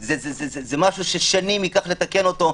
זה משהו ששנים ייקח לתקן אותו,